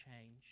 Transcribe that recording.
change